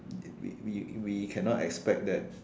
we we we cannot expect that